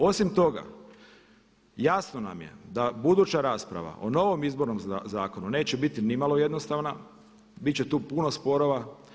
Osim toga jasno nam je da buduća rasprava o novom Izbornom zakonu neće biti nimalo jednostavna, bit će tu puno sporova.